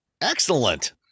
Excellent